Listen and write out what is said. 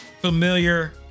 familiar